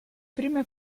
prime